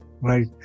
right